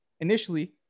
Initially